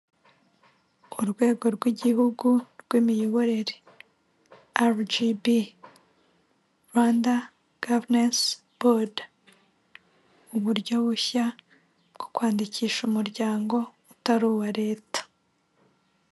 Urwego rw igihugu rw'imiyoborere, RGB. Rwanda gavanensi bodi. Uburyo bushya bwo kwandikisha umuryango utari uwa Leta.